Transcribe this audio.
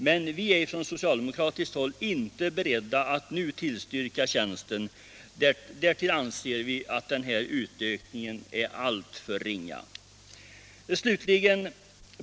Men vi är från socialdemokratiskt håll inte beredda att nu tillstyrka tjänsten — därtill anser vi utökningen vara alltför ringa.